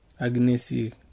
Agnesi